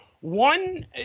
One